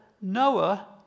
Noah